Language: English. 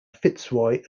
fitzroy